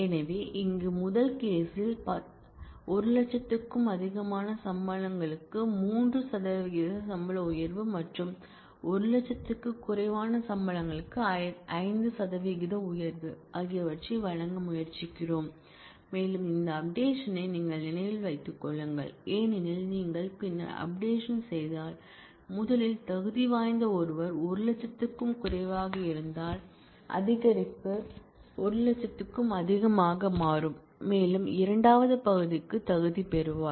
எனவே இங்கே முதல் கேசில் 100000 க்கும் அதிகமான சம்பளங்களுக்கு 3 சதவிகித சம்பள உயர்வு மற்றும் 100000 க்கு குறைவான சம்பளங்களுக்கு 5 சதவிகித உயர்வு ஆகியவற்றை வழங்க முயற்சிக்கிறோம் மேலும் இந்த அப்டேஷனை நீங்கள் நினைவில் வைத்துக் கொள்ளுங்கள் ஏனெனில் நீங்கள் பின்னர் அப்டேஷன் செய்தால் முதலில் தகுதிவாய்ந்த ஒருவர் 100000 க்கும் குறைவாக இருந்தால் அதிகரிப்பு 100000 க்கும் அதிகமாக மாறும் மேலும் இரண்டாவது பகுதிக்கு தகுதி பெறுவார்